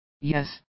Yes